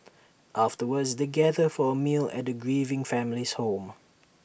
afterwards they gather for A meal at the grieving family's home